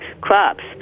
crops